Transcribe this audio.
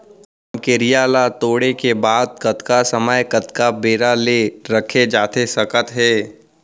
रमकेरिया ला तोड़े के बाद कतका समय कतका बेरा ले रखे जाथे सकत हे?